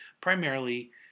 primarily